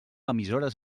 emissores